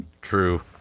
True